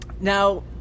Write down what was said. now